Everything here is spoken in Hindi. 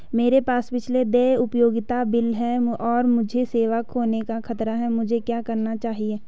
मेरे पास पिछले देय उपयोगिता बिल हैं और मुझे सेवा खोने का खतरा है मुझे क्या करना चाहिए?